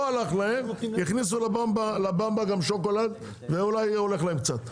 לא הלך להם הכניסו לבמבה קצת שוקולד ואולי הולך להם קצת,